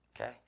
okay